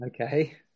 Okay